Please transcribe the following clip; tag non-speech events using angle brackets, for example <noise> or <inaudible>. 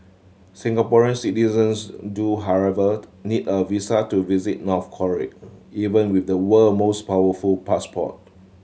Singaporean citizens do however <noise> need a visa to visit North Korea even with the world most powerful passport